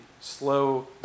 slow